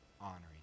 honoring